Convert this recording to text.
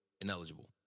Ineligible